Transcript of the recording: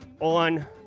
on